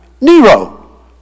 Nero